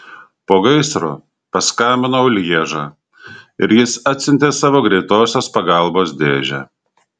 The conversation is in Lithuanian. po gaisro paskambinau į lježą ir jis atsiuntė savo greitosios pagalbos dėžę